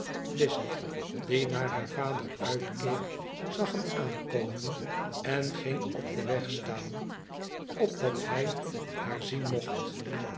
die naar haar vader uitkeek zag hem aankomen en ging op den weg staan opdat hij haar zien mocht